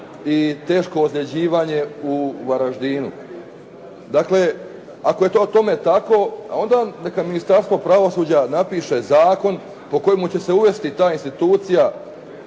ili teško ozljeđivanje u Varaždinu. Dakle, ako je to tome tako, onda neka Ministarstvo pravosuđa napiše zakon po kojemu će se uvesti ta institucija